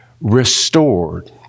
restored